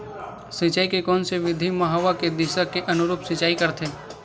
सिंचाई के कोन से विधि म हवा के दिशा के अनुरूप सिंचाई करथे?